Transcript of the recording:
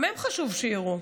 גם הם חשוב שיראו.